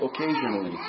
occasionally